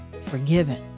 forgiven